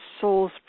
soul's